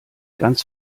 ganz